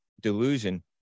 delusion